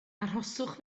arhoswch